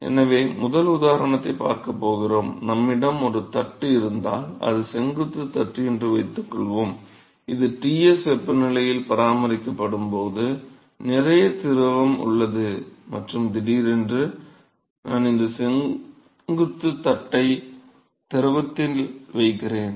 எனவே முதல் உதாரணத்தை பார்க்கப் போகிறோம் நம்மிடம் ஒரு தட்டு இருந்தால் அது செங்குத்து தட்டு என்று வைத்துக்கொள்வோம் இது Ts வெப்பநிலையில் பராமரிக்கப்படும்போது நிறைய திரவம் உள்ளது மற்றும் திடீரென்று நான் இந்த செங்குத்து தட்டை திரவத்தில் வைக்கிறேன்